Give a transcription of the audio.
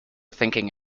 thinking